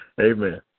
Amen